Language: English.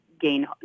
gain